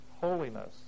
holiness